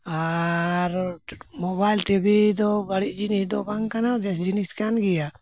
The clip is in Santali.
ᱟᱨ ᱢᱳᱵᱟᱭᱤᱞ ᱴᱤᱵᱷᱤ ᱫᱚ ᱵᱟᱹᱲᱤᱡ ᱡᱤᱱᱤᱥ ᱫᱚ ᱵᱟᱝ ᱠᱟᱱᱟ ᱵᱮᱥ ᱡᱤᱱᱤᱥ ᱠᱟᱱ ᱜᱮᱭᱟ